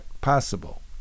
possible